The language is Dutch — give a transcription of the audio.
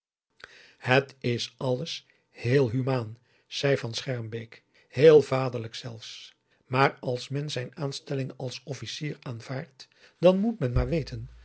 het is alles heel humaan zei van schermbeek heel vaderlijk zelfs maar als men zijn aanstelling als officier aanvaardt dan moet men maar weten